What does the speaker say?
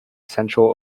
sensual